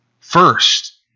first